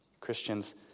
Christians